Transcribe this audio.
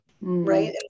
Right